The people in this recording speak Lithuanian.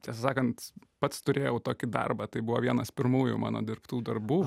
tiesą sakant pats turėjau tokį darbą tai buvo vienas pirmųjų mano dirbtų darbų